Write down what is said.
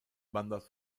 bandas